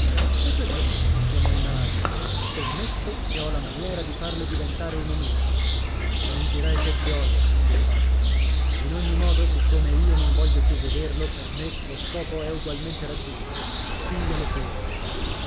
e perché no esclamò il maralli scommetto che ho la maniera di farlo diventare un omino sentirai che gioia disse il babbo in ogni modo siccome io non voglio più vederlo per me lo scopo è ugualmente raggiunto piglialo pure